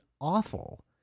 awful